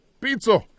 pizza